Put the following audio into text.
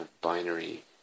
binary